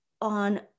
on